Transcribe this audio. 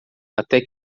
até